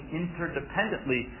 interdependently